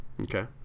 Okay